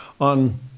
on